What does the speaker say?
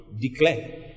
declare